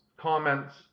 comments